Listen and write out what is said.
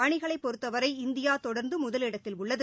அணிகளைபொறுத்தவரை இந்தியாதொடர்ந்துமுதலிடத்தில் உள்ளது